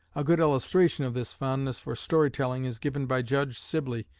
a good illustration of this fondness for story-telling is given by judge sibley,